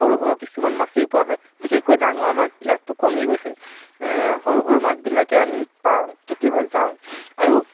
সৰু সৰু কিছুমান মাছেই পোৱা হয় বিশেষকৈ ডাঙৰ মাছবিলাকতো কমি গৈছে সৰু সৰু মাছবিলাকে আমি পাওঁ কেতিয়াবা যাওঁ আৰু